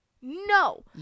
No